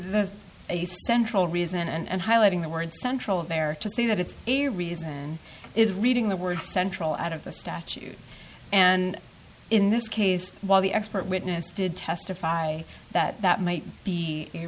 the central reason and highlighting the word central there to see that it's a reason is reading the word central out of the statute and in this case while the expert witness did testify that that might be